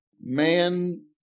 Man